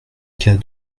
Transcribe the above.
cas